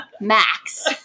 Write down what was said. Max